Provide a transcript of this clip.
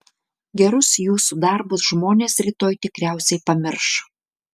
gerus jūsų darbus žmonės rytoj tikriausiai pamirš